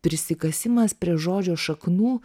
prisikasimas prie žodžio šaknų